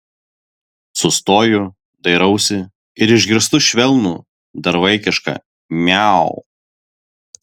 sustoju dairausi ir išgirstu švelnų dar vaikišką miau